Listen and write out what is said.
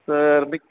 sir मी